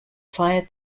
fire